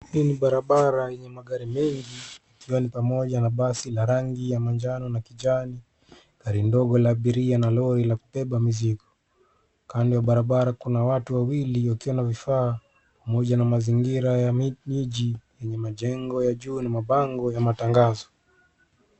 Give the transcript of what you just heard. Hii ni barabara yenye magari mengi ikiwa ni pamoja na basi la rangi ya manjano na kijani, gari ndogo la abiria, na lori la kubeba mizigo. Kando ya barabara kuna watu wawili wakiwa na vifaa, pamoja na mazingira ya miji yenye majengo ya juu na mabango ya matangazo.